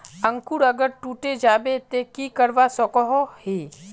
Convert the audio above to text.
अंकूर अगर टूटे जाबे ते की करवा सकोहो ही?